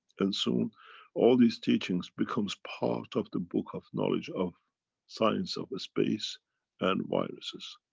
and soon all these teachings becomes part of the book of knowledge of science of a space and viruses.